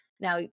Now